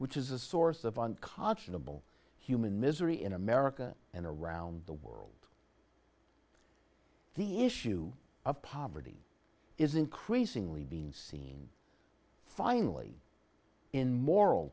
which is a source of unconscionable human misery in america and around the world the issue of poverty is increasingly being seen finally in moral